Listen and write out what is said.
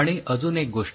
आणि अजून एक गोष्ट